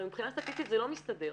הרי מבחינה סטטיסטית זה לא מסתדר.